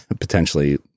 potentially